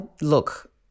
look